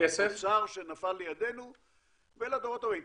האוצר שנפל לידינו לדורות הבאים.